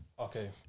Okay